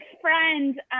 friend